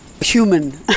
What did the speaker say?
human